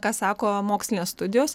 ir žiūrime ką sako mokslinės studijos